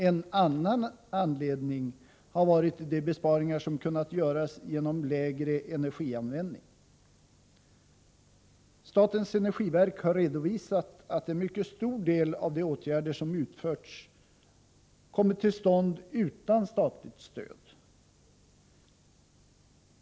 En annan anledning har varit de besparingar som har kunnat göras genom lägre energianvändning. Statens energiverk har redovisat att en mycket stor del av de åtgärder som har utförts har kommit till stånd utan statligt stöd.